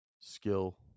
skill